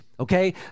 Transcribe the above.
okay